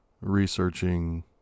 researching